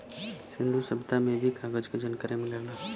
सिंन्धु सभ्यता में भी कागज क जनकारी मिलेला